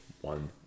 one